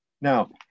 Now